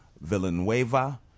Villanueva